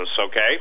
okay